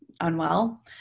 unwell